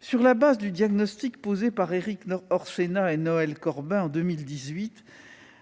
Sur la base du diagnostic posé par Erik Orsenna et Noël Corbin en 2018,